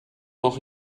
noch